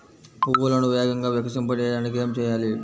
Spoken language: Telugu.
పువ్వులను వేగంగా వికసింపచేయటానికి ఏమి చేయాలి?